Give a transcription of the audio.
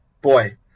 Boy